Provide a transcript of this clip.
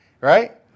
Right